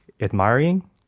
admiring